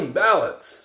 ballots